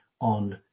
on